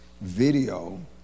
video